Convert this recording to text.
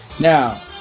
Now